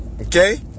Okay